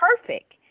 perfect